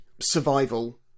survival